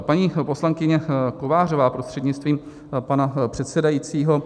Paní poslankyně Kovářová prostřednictvím pana předsedajícího.